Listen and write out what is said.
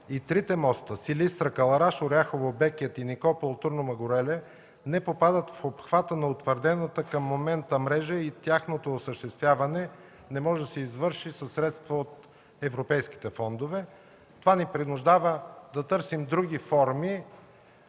и трите моста: Силистра–Кълъраш, Оряхово–Бекет и Никопол–Турну Мъгуреле не попадат в обхвата на утвърдената към момента мрежа и тяхното осъществяване не може да се извърши със средства от европейските фондове. Това ни принуждава да търсим други форми